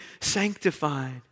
sanctified